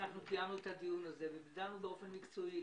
שקיימנו את הדיון הזה, הגדרנו באופן מקצועי.